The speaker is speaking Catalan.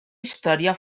història